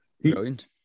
Brilliant